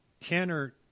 Tanner